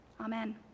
Amen